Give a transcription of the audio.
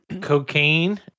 Cocaine